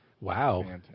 Wow